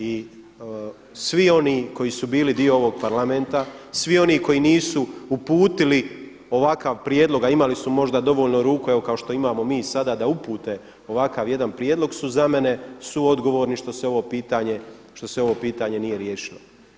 I svi oni koji su bili dio ovog Parlamenta, svi oni koji nisu uputili ovakav prijedlog a imali su možda dovoljno ruku, evo kao što imamo mi sada da upute ovakav jedan prijedlog su za mene suodgovorni što se ovo pitanje, što se ovo pitanje nije riješilo.